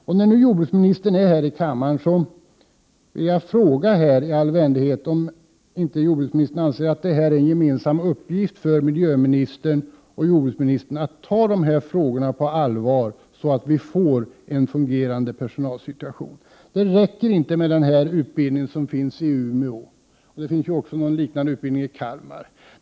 Eftersom jordbruksministern är närvarande i kammaren vill jag i all vänlighet fråga om inte jordbruksministern anser att det är en gemensam uppgift för miljöministern och jordbruksministern att ta dessa frågor på allvar och agera så att vi får en fungerande personalsituation. Det räcker inte med utbildningen i Umeå och en liknande utbildning i Kalmar.